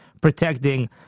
protecting